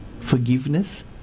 forgiveness